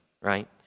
right